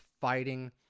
fighting